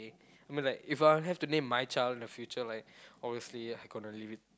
I mean like If I have to name my child in the future right honestly I'm gonna leave it